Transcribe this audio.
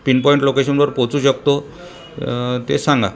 pinpoint लोकेशनवर पोचू शकतो ते सांगा